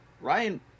Ryan